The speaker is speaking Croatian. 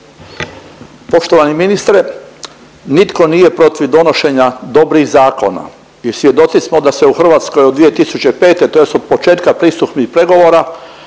Poštovani ministre nitko nije protiv donošenja dobrih zakona i svjedoci smo da se u Hrvatskoj od 2005. tj. od početka pristupnih pregovora